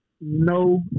no